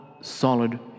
solid